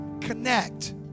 Connect